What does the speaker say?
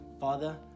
Father